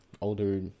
older